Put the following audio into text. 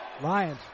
Lions